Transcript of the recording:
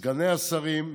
סגני השרים,